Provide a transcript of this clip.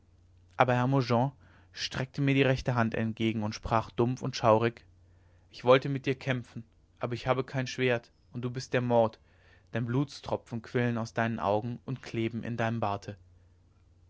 aber hermogen streckte mir die rechte hand entgegen und sprach dumpf und schaurig ich wollte mit dir kämpfen aber ich habe kein schwert und du bist der mord denn blutstropfen quillen aus deinen augen und kleben in deinem barte